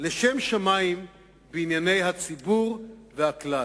לשם שמים בענייני הציבור והכלל.